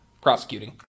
prosecuting